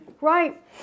Right